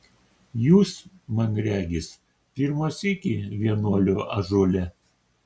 jūs man regis pirmą sykį vienuolio ąžuole